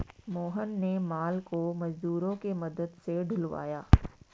मोहन ने माल को मजदूरों के मदद से ढूलवाया